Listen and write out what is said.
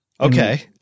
okay